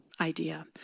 idea